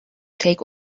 take